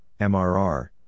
MRR